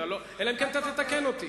אלא אם כן תתקן אותי.